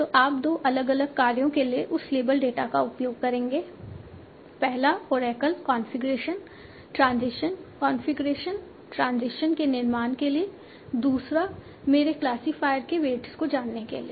तो आप दो अलग अलग कार्यों के लिए उस लेबल डेटा का उपयोग करेंगे पहला oracle configuration transition configuration transition के निर्माण के लिए दूसरा मेरे क्लासिफायर के वेट्स को जानने के लिए